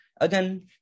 Again